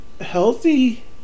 healthy